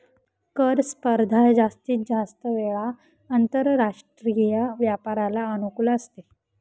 कर स्पर्धा जास्तीत जास्त वेळा आंतरराष्ट्रीय व्यापाराला अनुकूल असते